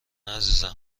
عزیزم